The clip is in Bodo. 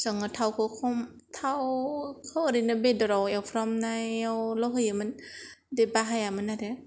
सङो थावखौ खम थावखौ ओरैनो बेदराव एवफ्रामनायावल' होयोमोन बेदि बाहायामोन आरो